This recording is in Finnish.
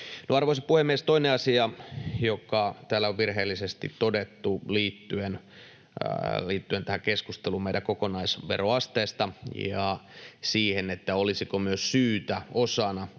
Arvoisa puhemies! Toinen asia, joka täällä on virheellisesti todettu, liittyy tähän keskusteluun meidän kokonaisveroasteesta ja siihen, olisiko syytä osana